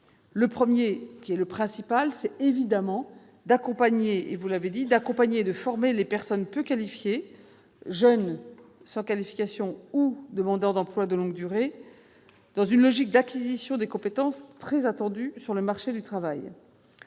Le premier objectif, qui est le principal, est évidemment de faire en sorte d'accompagner et de former les personnes peu qualifiées, jeunes sans qualification ou demandeurs d'emploi de longue durée, dans une logique d'acquisition de compétences très attendues sur le marché du travail.